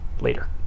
later